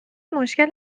مشکل